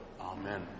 Amen